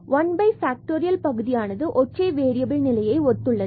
பின்பு 1 ஃபேக்டோரியல் பகுதியானது ஒற்றை வேறியபில் நிலையை ஒத்துள்ளது